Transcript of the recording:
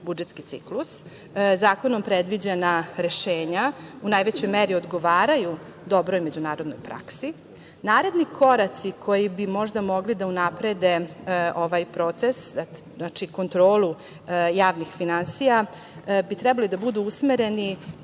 budžetski ciklus. Zakonom predviđena rešenja u najvećoj meri odgovaraju dobroj međunarodnoj praski. Naredni koraci koji bi možda mogli da unaprede ovaj proces, znači kontrolu javnih finansija, bi trebali da budu usmereni